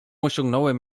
osiągnąłem